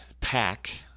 pack